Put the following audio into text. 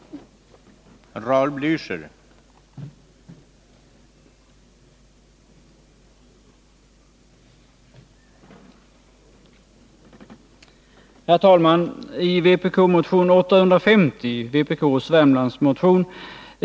4 juni 1981